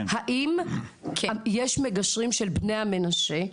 האם יש מגשרים של בני המנשה,